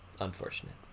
Unfortunate